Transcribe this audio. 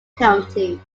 county